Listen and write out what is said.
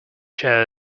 chair